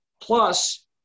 Plus